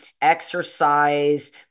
exercise